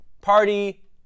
Party